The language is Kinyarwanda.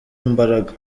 imbaraga